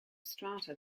strata